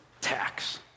tax